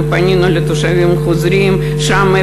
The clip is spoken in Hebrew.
אנחנו פנינו לישראלים שם,